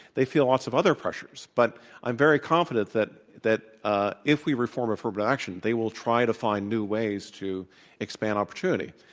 they feel lots of other pressures. but i'm very confident that that ah if we reform affirmative action, they will try to find new ways to expand opportunity.